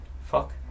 Fuck